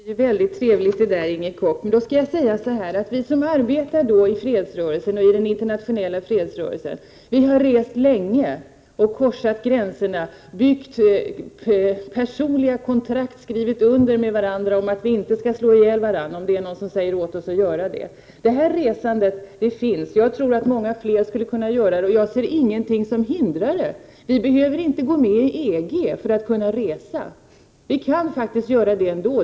Herr talman! Det där låter väldigt trevligt, Inger Koch. Då skall jag säga att vi som arbetar inom den internationella fredsrörelsen har rest länge och korsat gränserna och att vi har skrivit under personliga kontrakt med varandra om att vi inte skall slå ihjäl varandra, om någon skulle säga till oss att göra så. Det här resandet finns alltså. Jag tror att många fler skulle kunna göra det. Jag ser inget hinder för det, men vi behöver inte gå med i EG för att kunna resa. Vi kan faktiskt göra det ändå.